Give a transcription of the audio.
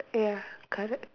ya correct